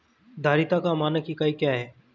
धारिता का मानक इकाई क्या है?